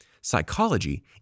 psychology